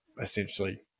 essentially